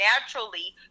naturally